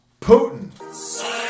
Putin